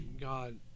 God